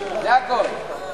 זה הכול.